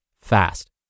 fast